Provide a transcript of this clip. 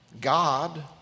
God